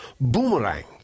boomerang